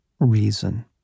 reason